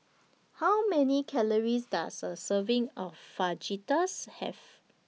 How Many Calories Does A Serving of Fajitas Have